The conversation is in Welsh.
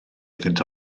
iddynt